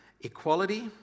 equality